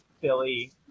Philly